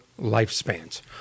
lifespans